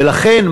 ולכן,